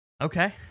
okay